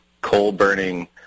coal-burning